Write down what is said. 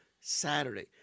Saturday